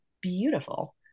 beautiful